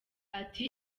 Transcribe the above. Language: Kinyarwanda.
ati